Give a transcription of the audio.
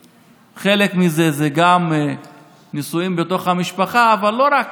חלק מזה זה גם נישואין בתוך המשפחה, אבל לא רק.